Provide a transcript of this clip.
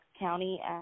County